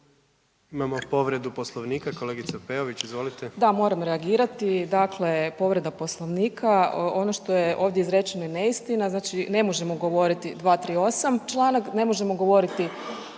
Imamo povredu Poslovnika, kolegice Peović izvolite. **Peović, Katarina (RF)** Da, moram reagirati, dakle povreda Poslovnika. Ono što je ovdje izrečeno je neistina, znači ne možemo govoriti 238. članak, ne možemo govoriti